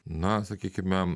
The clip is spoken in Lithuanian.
na sakykime